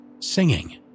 singing